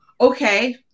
okay